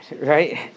right